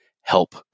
help